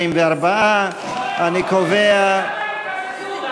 44. למה התקזזות,